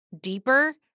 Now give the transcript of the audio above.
deeper